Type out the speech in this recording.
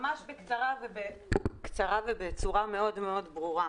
ממש בקצרה ובצורה מאוד ברורה.